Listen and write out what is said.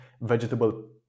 vegetable